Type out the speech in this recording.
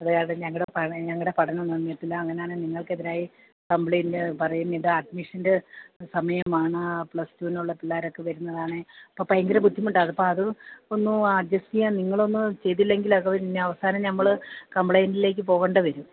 അല്ലാതെ ഞങ്ങളുടെ പഠനം ഞങ്ങളുടെ പഠനം ഒന്നും നിർത്തില്ല അങ്ങനെ ആണെങ്കിൽ നിങ്ങൾക്കെതിരായി കംപ്ലെയ്ൻറ്റ് പറയും ഇത് അഡ്മിഷൻ്റെ സമയമാണ് പ്ലസ് ടുവിനുള്ള പിള്ളേർ ഒക്കെ വരുന്നതാണ് അപ്പോൾ ഭയങ്കര ബുദ്ധിമുട്ടാണ് ഇപ്പം അത് ഒന്ന് അഡ്ജക്ട് ചെയ്യാൻ നിങ്ങളൊന്നും ചെയ്തില്ലെങ്കിൽ അത് ഇനി അവസാനം ഞങ്ങൾ കംപ്ലെയ്ൻറ്റിലേക്ക് പോകേണ്ടി വരും